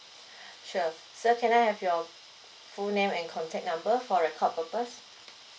sure so can I have your full name and contact number for record purpose